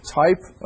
type